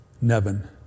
Nevin